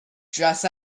just